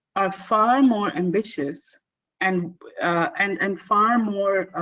are far more ambitious and and and far more